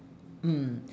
mm